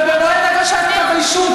ובמועד כתב האישום,